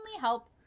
help